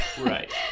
Right